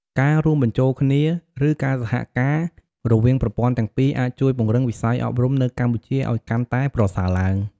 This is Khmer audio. ការរួមបញ្ចូលគ្នា ឬការសហការរវាងប្រព័ន្ធទាំងពីរអាចជួយពង្រឹងវិស័យអប់រំនៅកម្ពុជាឲ្យកាន់តែប្រសើរឡើង។